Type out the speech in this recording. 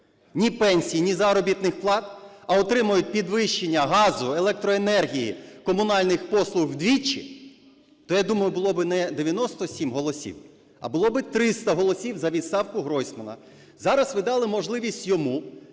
ні пенсій, ні заробітних плат, а отримають підвищення газу, електроенергії, комунальних послуг вдвічі, то, я думаю, було би не 97 голосів, а було би 300 голосів за відставку Гройсмана. Зараз ви дали можливість йому